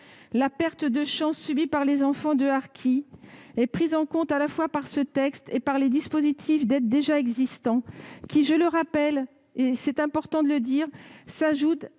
La perte de chance subie par les enfants de harkis est prise en compte à la fois par ce texte et par les dispositifs d'aide existants, qui, je le rappelle, s'ajoutent à l'aide sociale